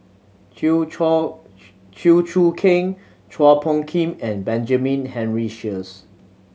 Chew Chua Chew Choo Keng Chua Phung Kim and Benjamin Henry Sheares